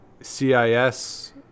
CIS